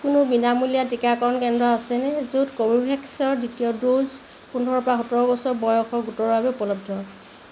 কোনো বিনামূলীয়া টীকাকৰণ কেন্দ্ৰ আছেনে য'ত কৰ্বীভেক্সৰ দ্বিতীয় ড'জ পোন্ধৰৰ পৰা সোতৰ বছৰ বয়সৰ গোটৰ বাবে উপলব্ধ